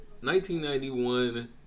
1991